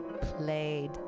played